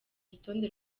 urutonde